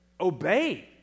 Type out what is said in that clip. Obey